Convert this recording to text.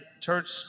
church